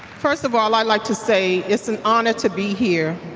first of all, i'd like to say it's an honor to be here,